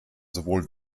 sowohl